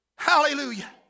Hallelujah